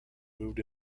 moved